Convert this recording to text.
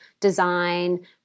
design